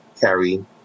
carry